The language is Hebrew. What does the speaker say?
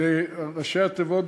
ראשי התיבות,